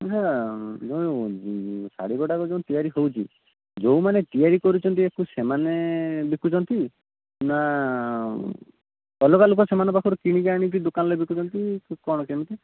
ନାଁ ମୁଁ ଶାଢ଼ୀ ଗୋଟାକ ଯେଉଁ ତିଆରି ହେଉଛି ଯେଉଁ ମାନେ ତିଆରି କରୁଛନ୍ତି ୟାକୁ ସେମାନେ ବିକୁଛନ୍ତି ନାଁ ଅଲଗା ଲୋକ ସେମାନଙ୍କ ପାଖରୁ କିଣିକି ଆଣିକି ଦୋକାନରେ ବିକୁଛନ୍ତି କି କ'ଣ କେମତି